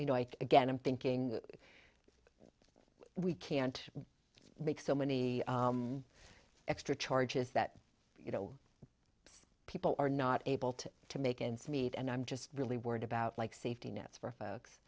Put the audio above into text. you know again i'm thinking we can't make so many extra charges that you know people are not able to to make ends meet and i'm just really worried about like safety nets for folks